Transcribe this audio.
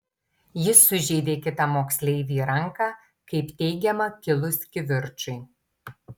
jis sužeidė kitą moksleivį į ranką kaip teigiama kilus kivirčui